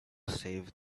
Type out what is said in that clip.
save